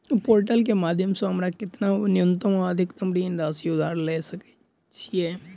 Portal केँ माध्यम सऽ हमरा केतना न्यूनतम आ अधिकतम ऋण राशि उधार ले सकै छीयै?